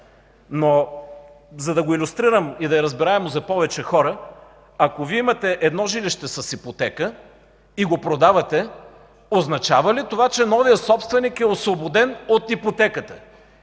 Ще го илюстрирам, за да е разбираемо за повече хора: ако Вие имате едно жилище с ипотека и го продавате, означава ли това, че новият собственик е освободен от ипотеката?